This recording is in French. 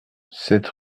sept